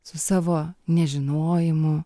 su savo nežinojimu